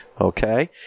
okay